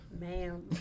Ma'am